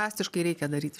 drastiškai reikia daryt